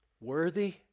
worthy